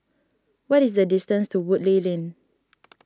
what is the distance to Woodleigh Lane